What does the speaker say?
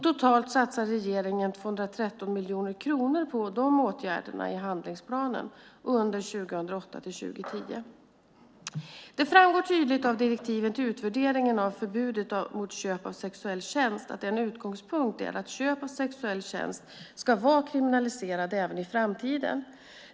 Totalt satsar regeringen 213 miljoner kronor på de åtgärderna i handlingsplanen under 2008-2010. Det framgår tydligt av direktiven till utvärderingen av förbudet mot köp av sexuell tjänst att en utgångspunkt är att köp av sexuell tjänst ska vara kriminaliserat även i framtiden.